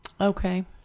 Okay